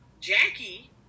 Jackie